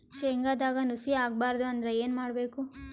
ಶೇಂಗದಾಗ ನುಸಿ ಆಗಬಾರದು ಅಂದ್ರ ಏನು ಮಾಡಬೇಕು?